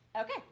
Okay